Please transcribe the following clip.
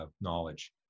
knowledge